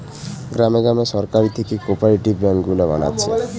গ্রামে গ্রামে সরকার থিকে কোপরেটিভ বেঙ্ক গুলা বানাচ্ছে